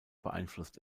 beeinflusst